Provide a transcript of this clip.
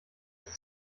ist